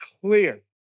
clear